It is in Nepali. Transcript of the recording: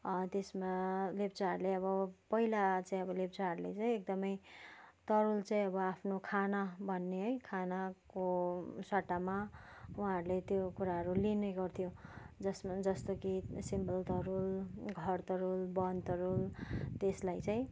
त्यसमा लेप्चाहरूले अब पहिला चाहिँ अब लेप्चाहरूले चाहिँ एकदमै तरुल चाहिँ अब आफ्नो खाना भन्ने है खानाको सट्टामा उहाँहरूले त्यो कुराहरू लिने गर्थ्यो जसमा जस्तो कि सिमलतरुल घरतरुल बनतरुल त्यसलाई चाहिँ